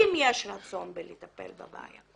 אם יש רצון לטפל בבעיה.